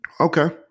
Okay